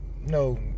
no